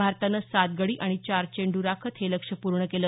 भारतानं सात गडी आणि चार चेंडू राखत हे लक्ष्य पूर्ण केलं